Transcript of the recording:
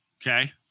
okay